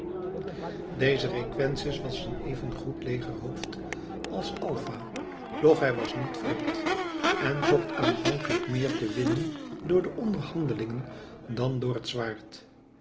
deze requesens was een even goed legerhoofd als alva doch hij was niet wreed en zocht aanvankelijk meer te winnen door onderhandelingen dan door het zwaard